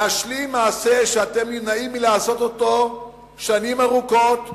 להשלים מעשה שאתם נמנעים מלעשות אותו שנים ארוכות,